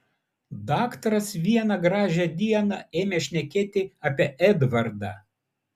daktaras vieną gražią dieną ėmė šnekėti apie edvardą